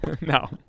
No